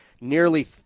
nearly